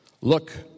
Look